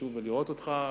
לשוב ולראות אותך,